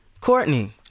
courtney